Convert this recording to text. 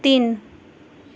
तिन